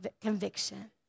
conviction